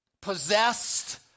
possessed